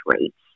rates